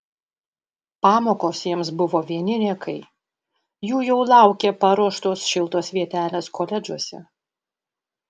pamokos jiems buvo vieni niekai jų jau laukė paruoštos šiltos vietelės koledžuose